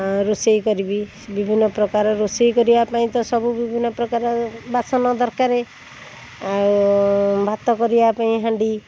ଆଁ ରୋଷେଇ କରିବି ବିଭିନ୍ନପ୍ରକାର ରୋଷେଇ କରିବାପାଇଁ ତ ସବୁ ବିଭିନ୍ନପ୍ରକାର ବାସନ ଦରକାର ଆଉ ଭାତ କରିବାପାଇଁ ହାଣ୍ଡି